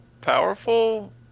powerful